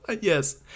Yes